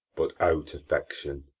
but, out, affection!